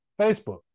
Facebook